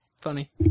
funny